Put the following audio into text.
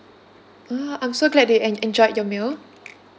ah I'm so glad you en~ enjoyed your meal